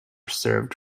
served